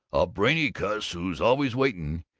brainy cuss who's always waitin',